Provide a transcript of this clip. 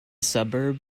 suburb